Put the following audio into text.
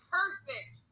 Perfect